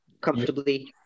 comfortably